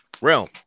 Realm